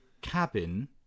cabin